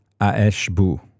a'eshbu